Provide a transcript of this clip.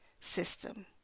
system